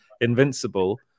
Invincible